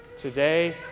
today